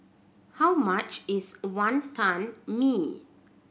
how much is Wantan Mee